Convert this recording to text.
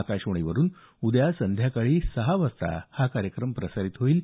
आकाशवाणीवरून उद्या सायंकाळी सहा वाजता हा कार्यक्रम प्रसारित होईल